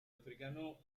africano